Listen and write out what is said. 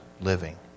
living